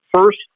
first